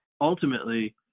ultimately